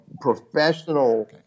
professional